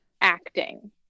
acting